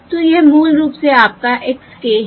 तो यह मूल रूप से आपका x k है